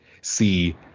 see